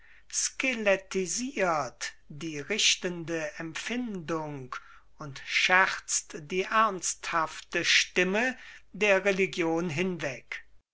skeletisirt die richtende empfindung und scherzt die ernsthafte stimme der religion hinweg